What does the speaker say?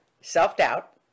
self-doubt